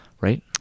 right